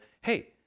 Hey